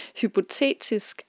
hypotetisk